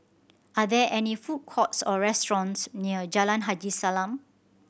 are there any food courts or restaurants near Jalan Haji Salam